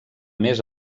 més